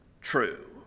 true